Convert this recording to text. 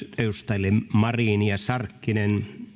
edustajille marin ja sarkkinen